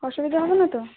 অসুবিধা হবে না তো